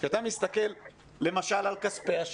ובספורט בפרט,